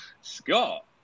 Scott